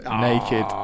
naked